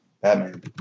Batman